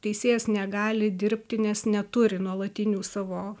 teisėjas negali dirbti nes neturi nuolatinių savo